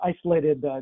isolated